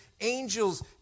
angels